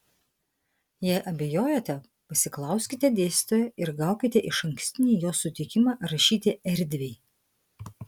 jei abejojate pasiklauskite dėstytojo ir gaukite išankstinį jo sutikimą rašyti erdviai